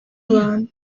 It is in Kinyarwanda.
abantu